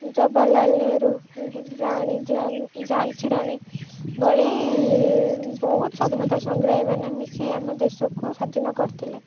ଜବାରଲାଲ ନେହେରୁ ରାଣୀ ଝାଞ୍ଚି ରାଣୀ ଭଳି ବହୁତ ସଧୀନତା ସଂଗ୍ରାମୀମାନେ ମିଶି ଆମ ଦେଶକୁ ସ୍ଵାଧୀନ କରିଥିଲେ